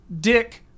Dick